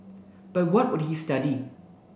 but what would he study